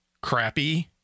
crappy